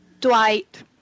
Dwight